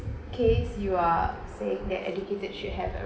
case you are saying that educated should have a